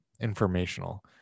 informational